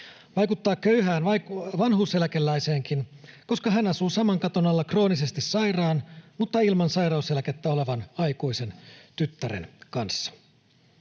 Vaikuttaa köyhään vanhuuseläkeläiseenkin, koska hän asuu saman katon alla kroonisesti sairaan, mutta ilman sairauseläkettä olevan aikuisen tyttären kanssa.”